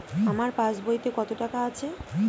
আমার পাস বইতে কত টাকা আছে?